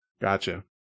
Gotcha